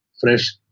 Fresh